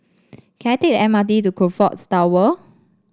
can I take the M R T to Crockfords Tower